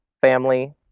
family